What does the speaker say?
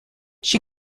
she